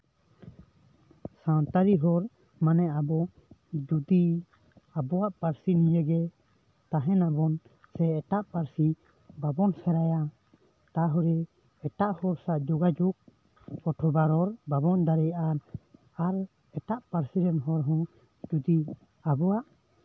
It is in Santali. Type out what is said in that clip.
ᱥᱟᱱᱛᱟᱲᱤ ᱦᱚᱲ ᱢᱟᱱᱮ ᱟᱵᱚ ᱡᱚᱫᱤ ᱟᱵᱚᱣᱟᱜ ᱯᱟᱹᱨᱥᱤ ᱱᱤᱭᱮ ᱜᱮ ᱛᱟᱦᱮᱸ ᱱᱟᱵᱚᱱ ᱥᱮ ᱮᱴᱟᱜ ᱯᱟᱹᱨᱥᱤ ᱵᱟᱵᱚᱱ ᱥᱮᱲᱟᱭᱟ ᱛᱟᱦᱚᱞᱮ ᱮᱴᱟᱜ ᱦᱚᱲ ᱥᱟᱜ ᱡᱳᱜᱟᱡᱳᱜᱽ ᱚᱛᱷᱚᱵᱟ ᱨᱚᱲ ᱵᱟᱵᱚᱱ ᱫᱟᱲᱮᱭᱟᱜᱼᱟ ᱟᱨ ᱮᱴᱟᱜ ᱯᱟᱹᱨᱥᱤ ᱨᱮᱱ ᱦᱚᱲ ᱦᱚᱸ ᱡᱚᱫᱤ ᱟᱵᱚᱣᱟᱜ